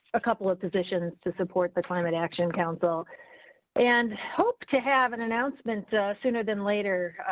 a couple of positions to support the climate action council and hope to have an announcement sooner than later.